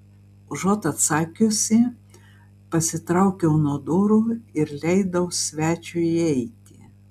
užuot atsakiusi pasitraukiau nuo durų ir leidau svečiui įeiti